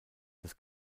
des